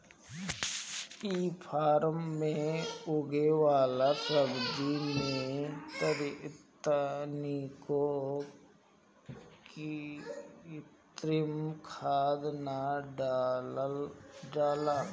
इ फार्म में उगे वाला सब्जी में तनिको कृत्रिम खाद ना डालल जाला